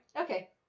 Okay